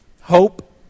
Hope